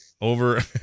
over